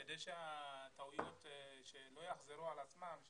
כדי שהטעויות לא יחזרו על עצמן,